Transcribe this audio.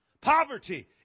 Poverty